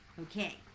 Okay